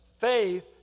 faith